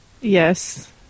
yes